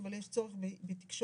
אבל יש צורך בתקשורת,